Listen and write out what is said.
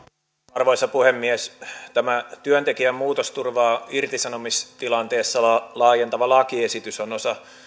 arvoisa puhemies tämä työntekijän muutosturvaa irtisanomistilanteessa laajentava lakiesitys on osa